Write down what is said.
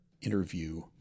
interview